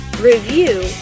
Review